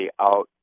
out